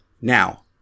Now